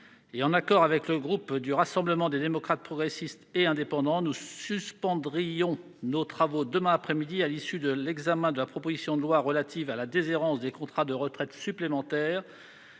en accord avec le groupe du Rassemblement des démocrates, progressistes et indépendants, nous suspendrions nos travaux demain après-midi à l'issue de l'examen de la proposition de loi relative à la déshérence des contrats de retraite supplémentaire,